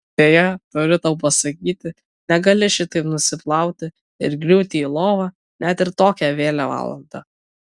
deja turiu tau pasakyti negali šitaip nusiplauti ir griūti į lovą net ir tokią vėlią valandą